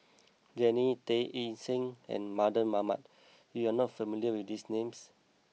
Jannie Tay Ng Yi Sheng and Mardan Mamat you are not familiar with these names